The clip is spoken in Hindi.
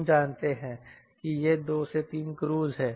हम जानते हैं कि यह 2 से 3 क्रूज़ है